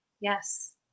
yes